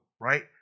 right